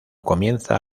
comienza